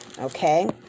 Okay